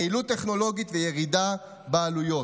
יעילות טכנולוגית וירידה בעלויות.